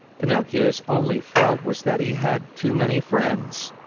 pinocchio's only fault was that he had too many friends.